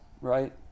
Right